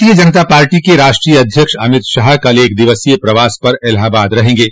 भारतीय जनता पार्टी के राष्ट्रीय अध्यक्ष अमित शाह कल एक दिवसीय प्रवास पर इलाहाबाद में रहेंगे